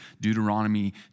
Deuteronomy